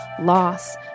loss